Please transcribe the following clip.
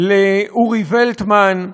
לאורי וולטמן,